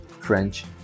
French